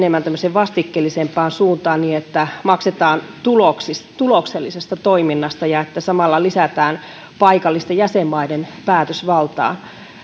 vastikkeellisempaan suuntaan niin että maksetaan tuloksellisesta toiminnasta ja että samalla lisätään paikallisten jäsenmaiden päätösvaltaa